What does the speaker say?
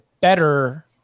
better